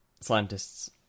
Scientists